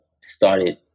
started